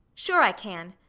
sure i can.